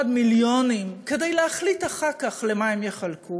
מיליונים כדי להחליט אחר כך למה הם יחלקו